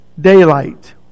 daylight